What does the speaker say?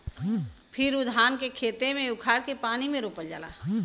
फिर उ धान के खेते से उखाड़ के पानी में रोपल जाला